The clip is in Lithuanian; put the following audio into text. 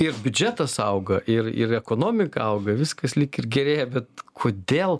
ir biudžetas auga ir ir ekonomika auga viskas lyg ir gerėja bet kodėl